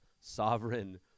sovereign